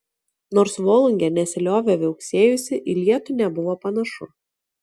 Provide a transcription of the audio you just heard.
nors volungė nesiliovė viauksėjusi į lietų nebuvo panašu